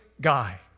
guy